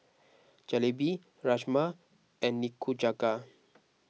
Jalebi Rajma and Nikujaga